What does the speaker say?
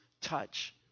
touch